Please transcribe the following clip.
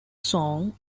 song